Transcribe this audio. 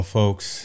folks